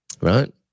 right